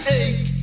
ache